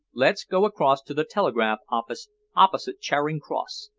let's go across to the telegraph office opposite charing cross.